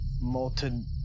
molten